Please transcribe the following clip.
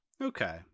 okay